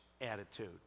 attitude